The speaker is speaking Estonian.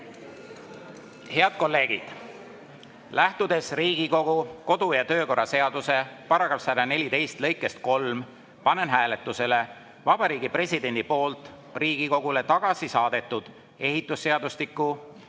kolleegid, lähtudes Riigikogu kodu‑ ja töökorra seaduse § 114 lõikest 3, panen hääletusele Vabariigi Presidendi poolt Riigikogule tagasi saadetud ehitusseadustiku,